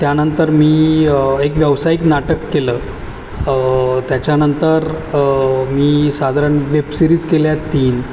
त्यानंतर मी एक व्यावसायिक नाटक केलं त्याच्यानंतर मी साधारण वेब सिरीज केल्या तीन